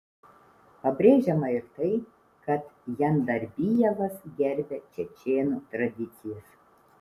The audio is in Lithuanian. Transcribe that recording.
pabrėžiama ir tai kad jandarbijevas gerbia čečėnų tradicijas